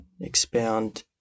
expound